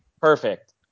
Perfect